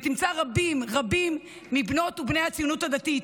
ותמצא רבים רבים מבנות ובני הציונות הדתית.